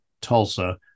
Tulsa